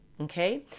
Okay